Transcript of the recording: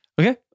okay